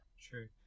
true